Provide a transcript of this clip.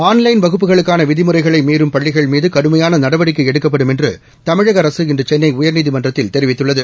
online வகுப்புகளுக்கான விதிமுறைகளை மீறும் பள்ளிகள்மீது கடுமையான நடவடிக்கை எடுக்கப்படும் என்று தமிழக அரசு இன்று சென்னை உயர்நீதிமன்றத்தில் தெரிவித்துள்ளது